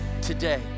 today